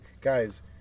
guys